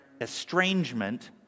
estrangement